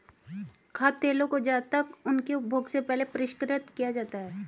खाद्य तेलों को ज्यादातर उनके उपभोग से पहले परिष्कृत किया जाता है